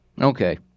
Okay